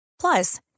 Plus